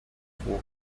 vor